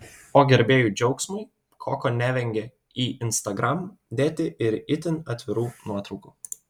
o gerbėjų džiaugsmui koko nevengia į instagram dėti ir itin atvirų nuotraukų